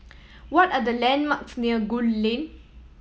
what are the landmarks near Gul Lane